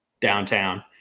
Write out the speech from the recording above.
downtown